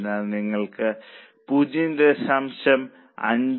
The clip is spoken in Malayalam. അതിനാൽ നിങ്ങൾക്ക് 0